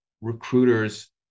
recruiters